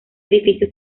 edificio